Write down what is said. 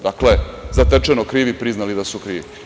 Dakle, zatečeno krivi, priznali da su krivi.